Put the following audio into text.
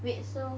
wait so